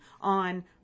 on